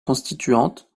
constituante